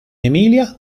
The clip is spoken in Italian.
emilia